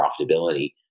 profitability